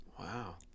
Wow